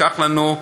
שייקח לנו,